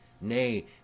Nay